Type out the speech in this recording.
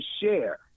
share